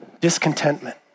discontentment